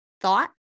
thought